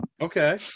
Okay